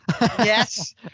Yes